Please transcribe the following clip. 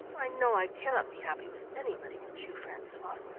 i know i cannot be happy with anybody but you, francois,